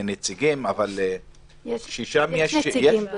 נציגים אבל שם יש --- יש נציגים בזום.